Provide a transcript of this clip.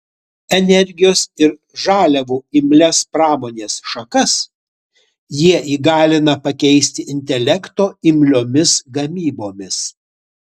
energijos ir žaliavų imlias pramonės šakas jie įgalina pakeisti intelekto imliomis gamybomis